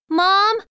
Mom